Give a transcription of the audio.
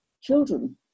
children